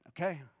okay